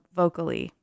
vocally